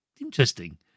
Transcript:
interesting